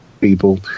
people